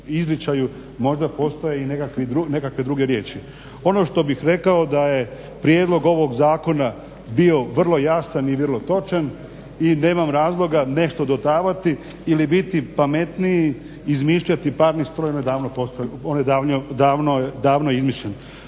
možda postoje i nekakve druge riječi. Ono što bih rekao da je prijedlog ovog zakona bio vrlo jasan i vrlo točan i nemam razloga nešto dodavati ili biti pametniji, izmišljati parni stroj, on je davno izmišljen.